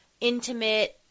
intimate